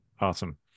Awesome